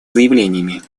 заявлениями